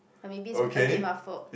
or maybe it's a bit my fault